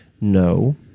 no